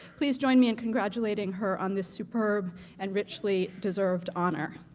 please join me in congratulating her on this superb and richly-deserved honor.